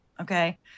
Okay